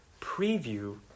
preview